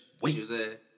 wait